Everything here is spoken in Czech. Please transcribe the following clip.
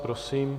Prosím.